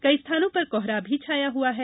कई स्थानों पर कोहरा भी छाया हुआ है